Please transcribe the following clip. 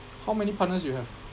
how many partners you have